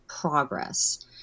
progress